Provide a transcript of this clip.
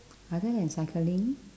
other than cycling